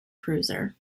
cruiser